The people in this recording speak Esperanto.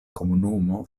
komunumo